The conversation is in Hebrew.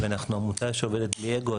אנחנו עמותה שעובדת בלי אגו,